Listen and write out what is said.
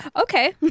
okay